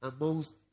amongst